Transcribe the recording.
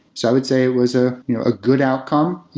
so i would say it was a you know ah good outcome.